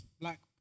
Black